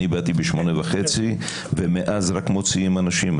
אני באתי ב-8:30 ומאז רק מוציאים אנשים.